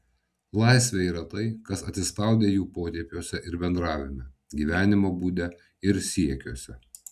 laisvė yra tai kas atsispaudę jų potėpiuose ir bendravime gyvenimo būde ir siekiuose